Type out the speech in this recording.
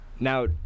Now